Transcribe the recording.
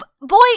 boy